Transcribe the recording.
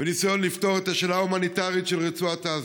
בניסיון לפתור את השאלה ההומניטרית של רצועת עזה.